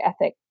ethic